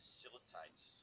Facilitates